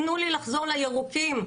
תנו לי לחזור לירוקים,